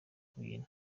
kubyina